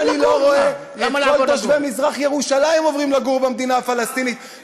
כמו שאני לא רואה את תושבי מזרח ירושלים עוברים לגור במדינה הפלסטינית.